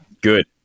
good